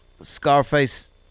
Scarface